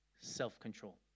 self-control